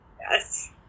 Yes